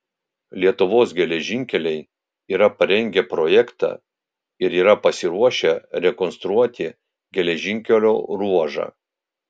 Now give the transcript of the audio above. lietuvos geležinkeliai yra parengę projektą ir yra pasiruošę rekonstruoti geležinkelio ruožą